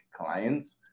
clients